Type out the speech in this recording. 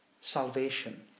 salvation